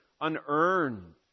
unearned